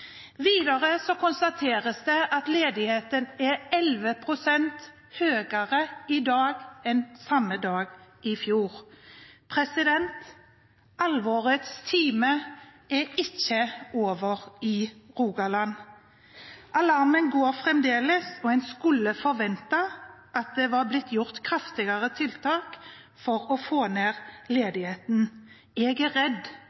Videre konstateres det at ledigheten er 11 pst. høyere i dag enn i samme periode i fjor. Alvorets time er ikke over i Rogaland. Alarmen går fremdeles, og en skulle forventet at det var blitt gjort kraftigere tiltak for å få ned ledigheten. Jeg er redd